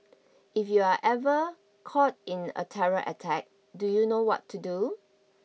if you are ever caught in a terror attack do you know what to do